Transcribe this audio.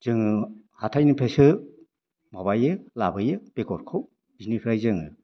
जों हाथाइनिफ्रासो माबायो लाबोयो बेगरखौ बिनिफ्राय जों